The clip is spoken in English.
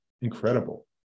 incredible